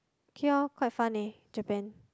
K lor quite fun leh Japan